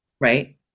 Right